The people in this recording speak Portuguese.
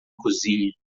cozinha